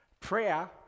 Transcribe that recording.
Prayer